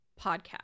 podcast